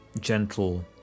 gentle